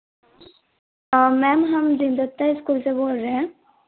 ma'am हम दिलदस्ता school से बोल रहे हैं